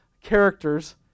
characters